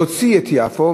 להוציא את יפו,